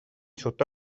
sotto